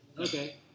Okay